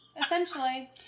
Essentially